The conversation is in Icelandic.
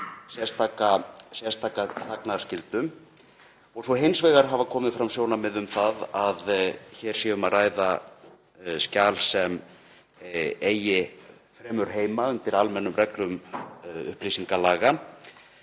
sérstaka þagnarskyldu. Hins vegar hafa komið fram sjónarmið um að hér sé um að ræða skjal sem eigi fremur heima undir almennum reglum upplýsingalaga.